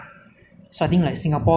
so I think like the government can